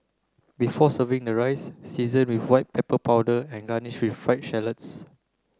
before serving the rice season with white pepper powder and garnish with shallots